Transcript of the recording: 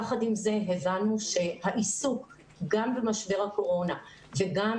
יחד עם זה הבנו שהעיסוק גם במשבר הקורונה וגם